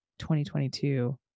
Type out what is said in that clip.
2022